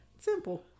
Simple